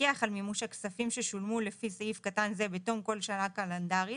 תפקח על מימוש הכספים ששולמו לפי סעיף קטן זה בתום כל שנה קלנדרית,